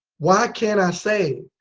why can't i save?